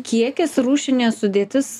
kiekis rūšinė sudėtis